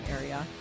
area